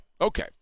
Okay